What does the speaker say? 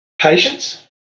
Patience